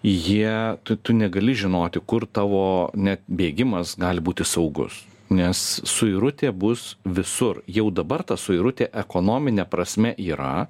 jie tu tu negali žinoti kur tavo net bėgimas gali būti saugus nes suirutė bus visur jau dabar ta suirutė ekonomine prasme yra